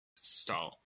stall